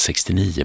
69%